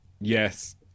Yes